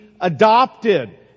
adopted